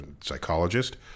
psychologist